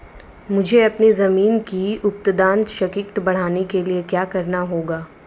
मुझे अपनी ज़मीन की उत्पादन शक्ति बढ़ाने के लिए क्या करना होगा?